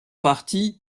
partie